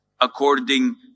according